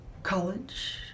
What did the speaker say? College